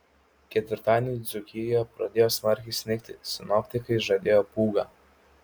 ketvirtadienį dzūkijoje pradėjo smarkiai snigti sinoptikai žadėjo pūgą